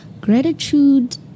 gratitude